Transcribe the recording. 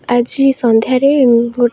ଆଜି ସନ୍ଧ୍ୟାରେ